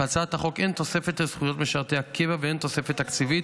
בהצעת החוק אין תוספת לזכויות משרתי הקבע ואין תוספת תקציבית.